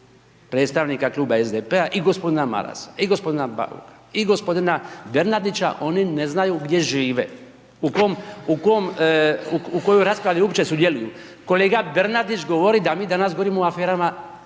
predstavnika Kluba SDP-a i gospodina Marasa i gospodina Bauka i gospodina Bernardića, oni ne znaju gdje žive, u kojoj raspravi uopće sudjeluju. Kolega Bernardić da mi danas govorimo o aferama